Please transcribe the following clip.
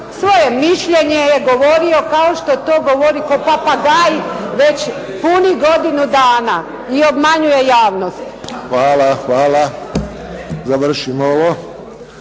svoje mišljenje je govorio kao što to govori ko papagaj već punih godinu dana i obmanjuje javnost. **Friščić,